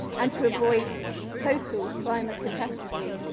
and to avoid total climate catastrophe,